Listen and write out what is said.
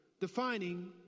defining